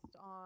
on